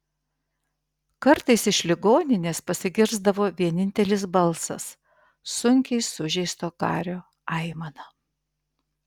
kartais iš ligoninės pasigirsdavo vienintelis balsas sunkiai sužeisto kario aimana